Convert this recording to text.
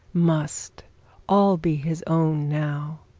must all be his own now.